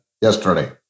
yesterday